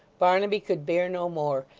barnaby could bear no more,